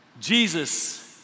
Jesus